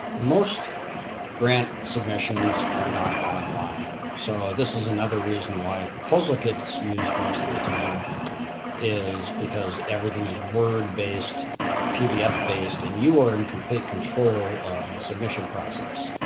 most grant submissions are not online so this is another reason why proposal kit is used most of the time is because everything is word based and pdf based and you are in complete control of the submission process.